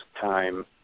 time